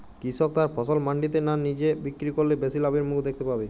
কৃষক তার ফসল মান্ডিতে না নিজে বিক্রি করলে বেশি লাভের মুখ দেখতে পাবে?